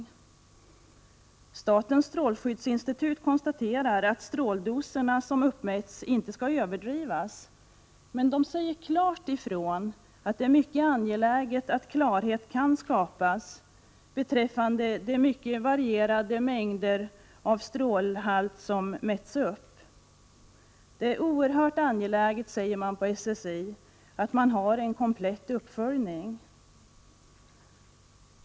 Statens strålskyddsinstitut konstaterar att stråldoserna som uppmätts inte skall överdrivas, men det säger klart ifrån att det är mycket angeläget att klarhet kan skapas beträffande de mycket varierande strålmängder som mätts upp. Det är oerhört angeläget, framhåller SSI, att man har en komplett uppföljning.